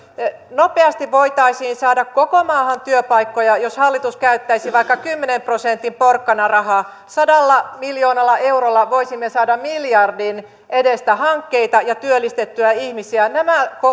nopeasti voitaisiin saada koko maahan työpaikkoja jos hallitus käyttäisi vaikka kymmenen prosentin porkkanarahaa sadalla miljoonalla eurolla voisimme saada miljardin edestä hankkeita ja työllistettyä ihmisiä nämä